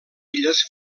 illes